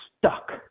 stuck